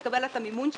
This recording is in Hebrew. לקבל את המימון שלהם.